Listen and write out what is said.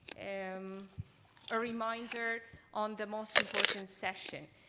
um ah reminder on the most important session.